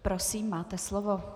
Prosím, máte slovo.